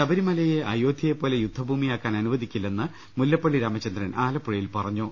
ശബരിമലയെ അയോധ്യയെപ്പോലെ യുദ്ധഭൂമിയാക്കാൻ അനുവദിക്കി ല്ലെന്ന് മുല്ലപ്പള്ളി രാമചന്ദ്രൻ ആലപ്പുഴയിൽ പറഞ്ഞു